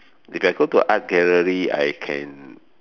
if I go to art gallery I can